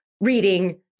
reading